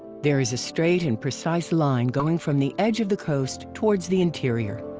there is a straight and precise line going from the edge of the coast towards the interior.